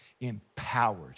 empowered